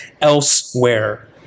elsewhere